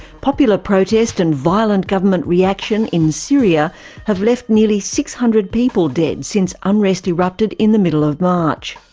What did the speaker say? popular protest and violent government reaction in syria have left nearly six hundred people dead since unrest erupted in the middle of march.